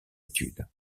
études